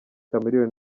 chameleone